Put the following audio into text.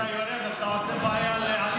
אם אתה יורד, אתה עושה בעיה לעליזה.